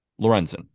Lorenzen